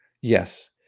yes